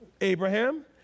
Abraham